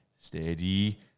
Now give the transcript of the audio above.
steady